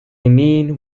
mean